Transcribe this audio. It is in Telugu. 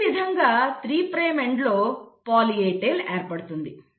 ఈ విధంగా 3 ప్రైమ్ ఎండ్లో పాలీ A టెయిల్ ఏర్పడుతుంది